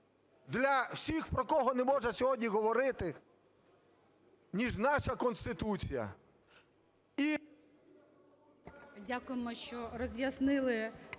для всіх, про кого не можна сьогодні говорити, ніж наша Конституція.